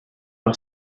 par